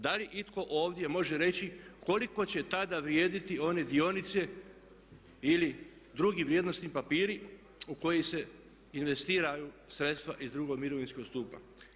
Da li itko ovdje može reći koliko će tada vrijediti one dionice ili drugi vrijednosni papiri u koje se investiraju sredstva iz drugog mirovinskog stupa?